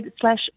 slash